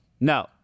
No